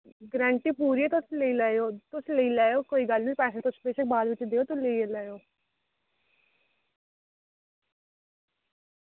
guarantee पूरी ऐ तुस लेई लैयो तुस लेई लैयो कोई गल्ल निं पैसे तुस बाद बिच देओ तुस लेई लैयो